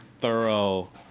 thorough